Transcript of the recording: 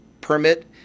permit